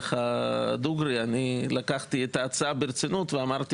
אני לקחתי את ההצעה ברצינות ואמרתי